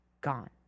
gone